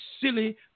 silly